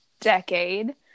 decade